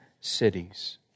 cities